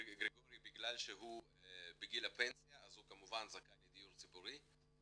בגלל שהוא בגיל הפנסיה הוא כמובן זכאי לדיור ציבורי.